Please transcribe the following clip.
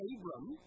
Abram